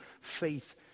faith